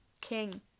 King